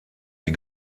die